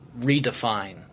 redefine